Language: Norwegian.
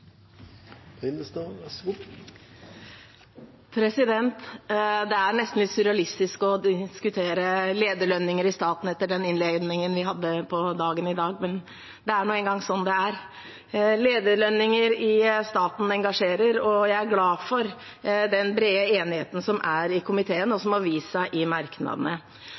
Det er nesten litt surrealistisk å diskutere lederlønninger i staten etter den innledningen vi hadde på dagen i dag, men det er nå engang sånn det er. Lederlønninger i staten engasjerer, og jeg er glad for den brede enigheten som er i komiteen, og som har vist seg i merknadene.